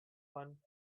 won